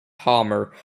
hamer